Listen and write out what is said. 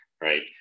right